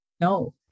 No